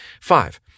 Five